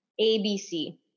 ABC